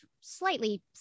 slightly